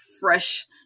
fresh